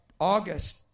August